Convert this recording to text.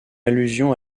allusion